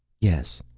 yes,